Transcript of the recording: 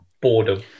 Boredom